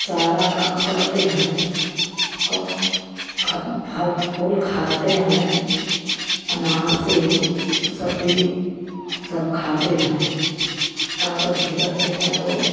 सारा काम करते हैं फल फूल खाते हैं अनार सेव मुसम्मी सब खाते हैं ताकत भी रहते हैं तो